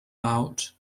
out